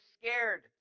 scared